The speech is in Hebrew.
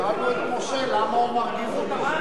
שאלנו את משה, למה הוא מרגיז אותו.